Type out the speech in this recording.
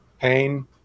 pain